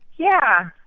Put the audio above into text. yeah.